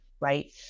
Right